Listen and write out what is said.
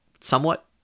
somewhat